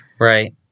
right